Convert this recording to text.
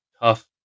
tough